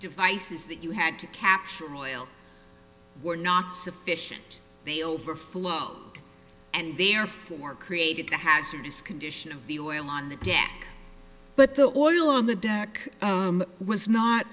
devices that you had to capture oil were not sufficient the overflow and therefore created the hazardous condition of the oil on the dash but the oil on the deck was not